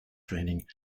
training